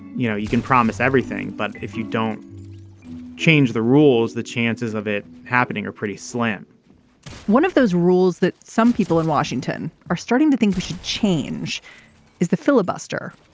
you know you can promise everything but if you don't change the rules the chances of it happening are pretty slim one of those rules that some people in washington are starting to think we should change is the filibuster.